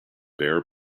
bare